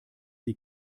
sie